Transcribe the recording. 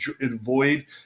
avoid